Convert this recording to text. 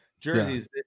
jerseys